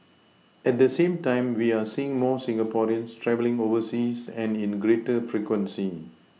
at the same time we are seeing more Singaporeans travelling overseas and in greater frequency